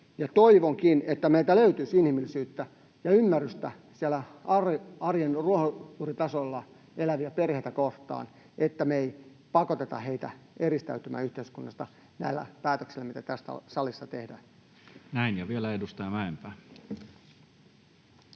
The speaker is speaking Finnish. toivonkin, että meiltä löytyisi inhimillisyyttä ja ymmärrystä siellä arjen ruohonjuuritasolla eläviä perheitä kohtaan, että me ei pakoteta heitä eristäytymään yhteiskunnasta näillä päätöksillä, mitä tässä salissa tehdään. Näin. — Ja vielä edustaja Mäenpää.